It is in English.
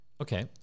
Okay